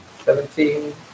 Seventeen